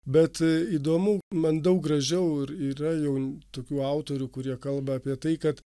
bet įdomu man daug gražiau ir yra jau tokių autorių kurie kalba apie tai kad